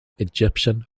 egyptian